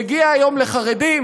מגיע היום לחרדים,